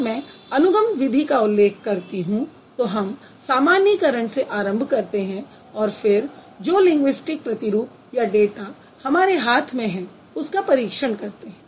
जब मैं अनुगम विधि का उल्लेख करती हूँ तो हम सामान्यीकरण से आरंभ करते हैं और फिर जो लिंगुइस्टिक प्रतिरूप या डाटा हमारे हाथ में है उसका परीक्षण करते हैं